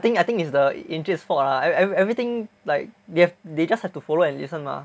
I think I think is the encik's fault lah every~ everything like they've they just have to follow and listen mah